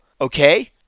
Okay